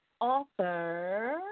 Author